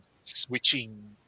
switching